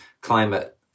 climate